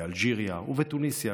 באלג'יריה ובתוניסיה,